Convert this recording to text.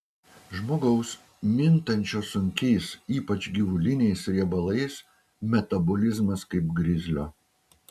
žmogaus mintančio sunkiais ypač gyvuliniais riebalais metabolizmas kaip grizlio